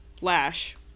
Lash